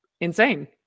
insane